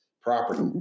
property